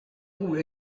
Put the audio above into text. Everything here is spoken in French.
roux